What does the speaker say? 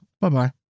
bye-bye